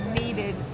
needed